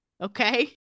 okay